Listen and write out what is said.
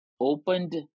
opened